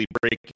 breaking